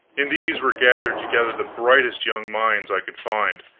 in these were gathered together the brightest young minds i could find,